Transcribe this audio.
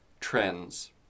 trends